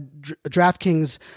DraftKings